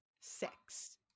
six